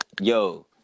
Yo